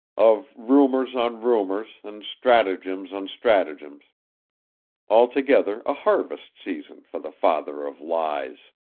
of rumors on rumors and stratagems on stratagems altogether a harvest season for the father of lies.